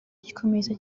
gikomeza